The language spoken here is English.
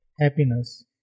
happiness